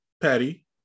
Patty